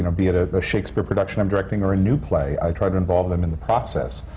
and be it a shakespeare production i'm directing or a new play. i try to involve them in the process.